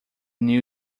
new